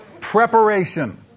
Preparation